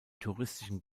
touristischen